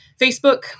Facebook